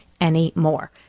anymore